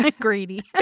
Greedy